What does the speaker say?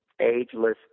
ageless